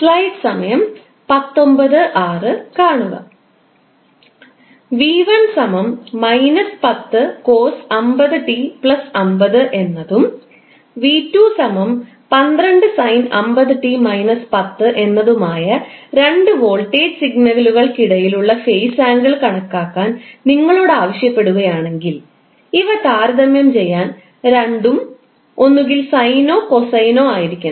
𝑣1 −10 cos50𝑡 50 എന്നതും 𝑣2 12 sin50𝑡 − 10 എന്നതുമായ രണ്ട് വോൾട്ടേജ് സിഗ്നലുകൾക്കിടയിലുള്ള ഫേസ് ആംഗിൾ കണക്കാക്കാൻ നിങ്ങളോട് ആവശ്യപ്പെടുകയാണെങ്കിൽ ഇവ താരതമ്യം ചെയ്യാൻ രണ്ടുo ഒന്നുകിൽ സൈനോ കൊസൈനോ ആയിരിക്കണം